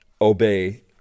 obey